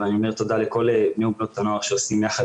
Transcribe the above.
ואני אומר תודה לכל בני ובנות הנוער שעושים יחד